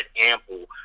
ample